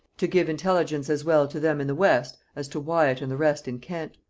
to give intelligence as well to them in the west, as to wyat and the rest in kent.